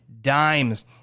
dimes